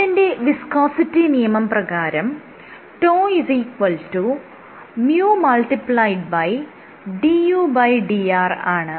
ന്യൂട്ടന്റെ വിസ്കോസിറ്റി നിയമം പ്രകാരം τ µdudr ആണ്